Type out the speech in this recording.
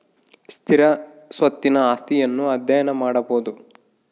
ಸ್ಥಿರ ಸ್ವತ್ತಿನ ಆಸ್ತಿಯನ್ನು ಅಧ್ಯಯನ ಮಾಡಬೊದು